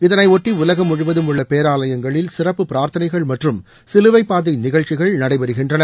இதையொட்டி உலகம் முழுவதும் உள்ள பேராலயங்களில் சிறப்பு பிரார்த்தனைகள் மற்றும் சிலுவை பாதை நிகழ்ச்சிகள் நடைபெறுகின்றன